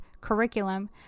curriculum